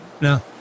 No